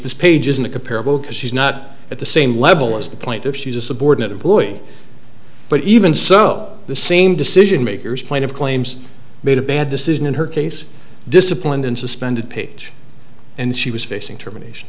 this page isn't comparable because she's not at the same level as the point of she's a subordinate of boy but even so the same decision makers point of claims made a bad decision in her case disciplined and suspended page and she was facing termination